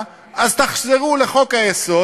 אמרו את זה חברים אחרים